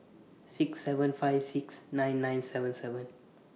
six seven five six nine nine seven seven